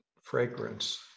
fragrance